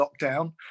lockdown